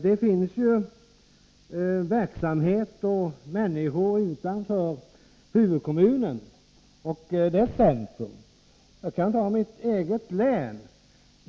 Det finns ju verksamhet och människor också utanför huvudkommunen och dess centrum. Jag kan ta mitt eget län som exempel.